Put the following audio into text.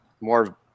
more